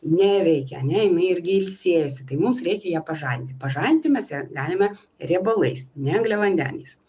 neveikė ane jinai irgi ilsėjosi tai mums reikia ją pažadinti pažadinti mes ją galime riebalais ne angliavandeniais